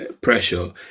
pressure